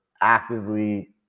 actively